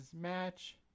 match